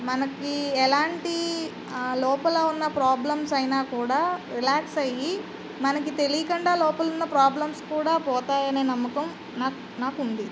మనకి ఎలాంటి లోపల ఉన్న ప్రాబ్లమ్స్ అయిన కూడా రిలాక్స్ అయ్యి మనకి తెలీకుండా లోపల ఉన్న ప్రాబ్లమ్స్ కూడా పోతాయి అనే నమ్మకం నాకు నాకుంది